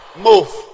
Move